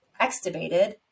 extubated